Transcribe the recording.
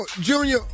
Junior